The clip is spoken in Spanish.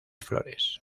flores